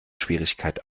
schwierigkeit